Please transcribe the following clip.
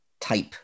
type